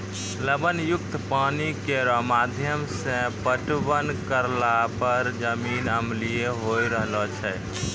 लवण युक्त पानी केरो माध्यम सें पटवन करला पर जमीन अम्लीय होय रहलो छै